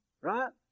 right